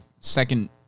second